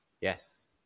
Yes